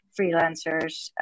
freelancers